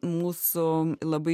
mūsų labai